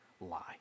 lie